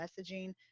messaging